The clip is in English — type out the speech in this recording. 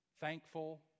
thankful